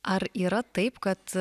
ar yra taip kad